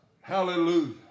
Hallelujah